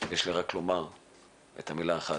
יש לי רק לומר את מילה אחת,